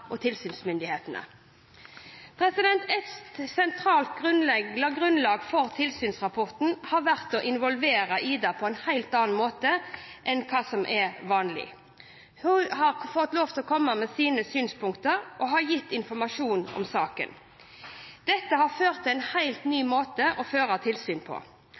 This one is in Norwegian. og tilsynsmyndighetene. Et sentralt grunnlag for tilsynsrapporten har vært å involvere «Ida» på en helt annet måte enn hva som er vanlig. Hun har fått lov til å komme med sine synspunkter og har gitt informasjon om saken. Dette er en helt ny måte å føre tilsyn på.